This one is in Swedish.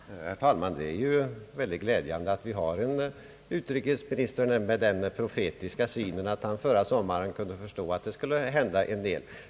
Herr talman! Det är mycket glädjande att vi har en utrikesminister med en sådan profetisk syn, att han förra sommaren kunde förstå att det skulle hända en hel del.